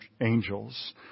angels